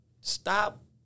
stop